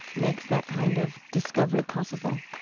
makes that kind of discovery possible?